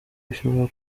bishobora